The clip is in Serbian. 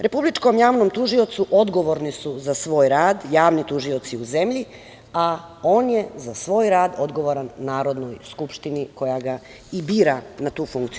Republičkom javnom tužiocu odgovorni su za svoj rad javni tužioci u zemlji, a on je za svoj rad odgovoran Narodnoj skupštini koja ga i bira na tu funkciju.